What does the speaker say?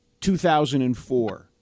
2004